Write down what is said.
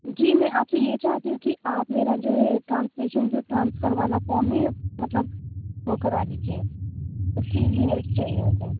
جی میں آپ سے یہ چاہتی ہوں کہ آپ میرا جو ہے یہ ٹرانسمیشن جو ٹرانسفر والا فام ہے مطلب وہ کرا دیجیے اُسی لیے ہیلپ چاہیے ہوگا